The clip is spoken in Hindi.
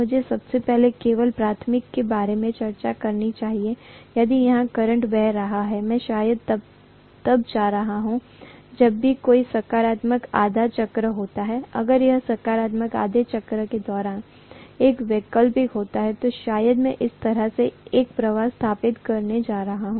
मुझे सबसे पहले केवल प्राथमिक के बारे में चर्चा करनी चाहिए यदि यहाँ करंट बह रहा है मैं शायद तब जा रहा हूँ जब भी कोई सकारात्मक आधा चक्र होता है अगर यह सकारात्मक आधे चक्र के दौरान एक वैकल्पिक होता है तो शायद मैं इस तरह से एक प्रवाह स्थापित करने जा रहा हूं